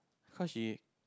cause she